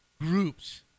groups